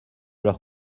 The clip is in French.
leur